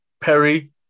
Perry